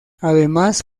además